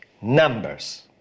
numbers